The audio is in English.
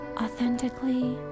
authentically